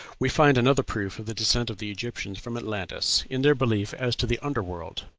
we find another proof of the descent of the egyptians from atlantis in their belief as to the under-world.